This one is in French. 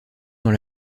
dans